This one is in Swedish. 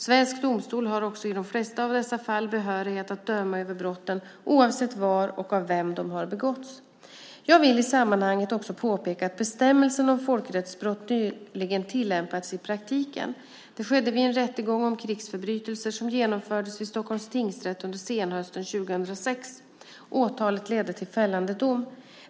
Svensk domstol har också i de flesta av dessa fall behörighet att döma över brotten oavsett var och av vem de har begåtts. Jag vill i sammanhanget också påpeka att bestämmelsen om folkrättsbrott nyligen tillämpats i praktiken. Det skedde vid en rättegång om krigsförbrytelser som genomfördes vid Stockholms tingsrätt under senhösten 2006. Åtalet ledde till fällande dom.